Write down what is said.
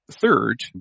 Third